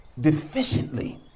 deficiently